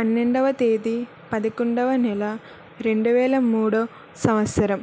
పన్నెండోవ తేదీ పదకొండొవ నెల రెండువేలమూడో సంవత్సరం